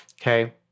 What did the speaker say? Okay